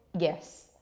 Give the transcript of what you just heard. Yes